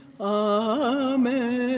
Amen